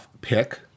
pick